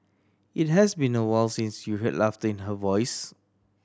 it has been awhile since you heard laughter in her voice